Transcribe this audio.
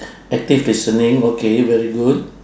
active listening okay very good